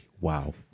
Wow